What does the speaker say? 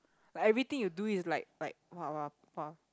like everything you do is like like !wah! !wah! !wah!